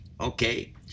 Okay